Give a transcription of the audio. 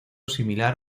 similar